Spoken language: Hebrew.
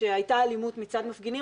שהייתה אלימות מצד מפגינים,